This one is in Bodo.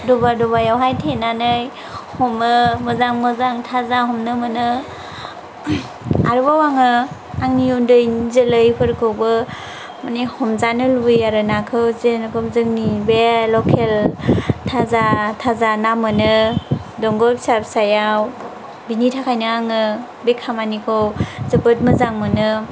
दबा दबायावहाय थेनानै हमो मोजां मोजां थाजा हमनो मोनो आरोबाव आङो आंनि उन्दैनि जोलैफोरखौबो मानि हमजानो लुगैयो आरो नाखौ जेरोखोम जोंनि बे लकेल थाजा थाजा ना मोनो दंग' फिसा फिसायाव बिनि थाखायनो आङो बे खामानिखौ जोबोद मोजां मोनो